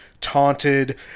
taunted